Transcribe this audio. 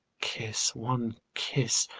kiss one kiss!